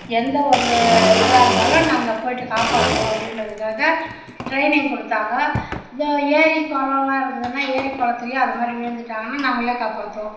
எந்த ஒரு இதாக இருந்தாலும் நாங்கள் போயிவிட்டு காப்பாற்றுவோம் அப்படின்றதுக்காக டிரைனிங் கொடுத்தாங்க இந்த ஏரி குளம்லாம் இருக்குதுன்னா ஏரி குளத்துலையும் அதை மாதிரி விழுந்துவிட்டாங்கன்னா நாங்களே காப்பாற்றுவோம்